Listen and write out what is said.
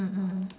mm mm